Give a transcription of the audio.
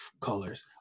colors